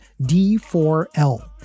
D4L